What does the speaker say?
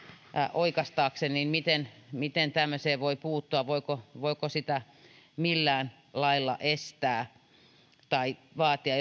oikaistakseen niin miten miten tämmöiseen voi puuttua voiko voiko sitä millään lailla estää tai vaatia